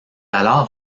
alors